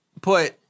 put